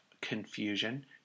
confusion